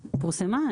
פורסמה,